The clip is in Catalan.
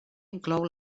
inclou